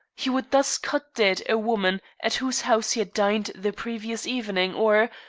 he would thus cut dead a woman at whose house he had dined the previous evening, or,